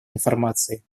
информации